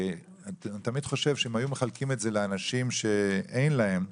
ואני תמיד חושב שאילו היו מחלקים את זה לאנשים שאין להם,